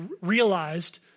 realized